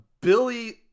Billy